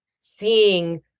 seeing